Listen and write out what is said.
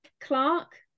Clark